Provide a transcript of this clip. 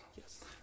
Yes